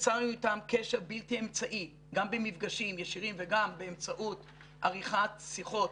יצרנו איתם קשר בלתי אמצעי גם במפגשים ישירים וגם באמצעות עריכת שיחות,